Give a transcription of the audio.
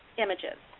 images.